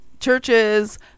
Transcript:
Churches